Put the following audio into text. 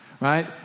right